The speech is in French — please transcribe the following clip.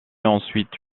ensuite